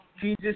Jesus